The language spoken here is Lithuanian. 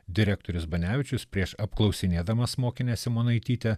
direktorius banevičius prieš apklausinėdamas mokinę simonaitytę